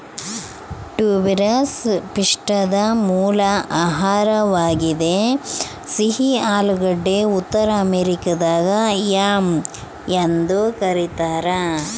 tuberous ಪಿಷ್ಟದ ಮೂಲ ಆಹಾರವಾಗಿದೆ ಸಿಹಿ ಆಲೂಗಡ್ಡೆ ಉತ್ತರ ಅಮೆರಿಕಾದಾಗ ಯಾಮ್ ಎಂದು ಕರೀತಾರ